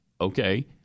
okay